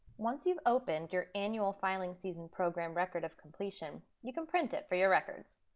once you've opened your annual filing season program record of completion, you can print it for your records.